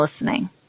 listening